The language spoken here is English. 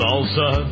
Salsa